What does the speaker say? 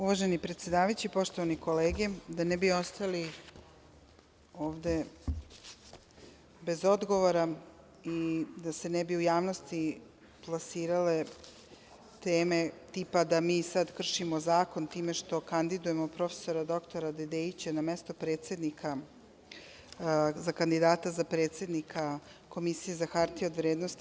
Uvaženi predsedavajući, poštovane kolege da ne bi ostali ovde bez odgovora i da se ne bi u javnosti plasirale teme tipa da mi sada kršimo zakon time što kandidujemo prof. dr Dedeića na mesto predsednika za kandidata za predsednika Komisije za hartije od vrednosti.